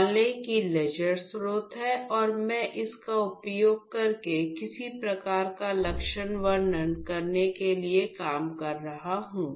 मान लें कि लेजर स्रोत है और मैं इसका उपयोग करके किसी प्रकार का लक्षण वर्णन करने के लिए काम कर रहा हूं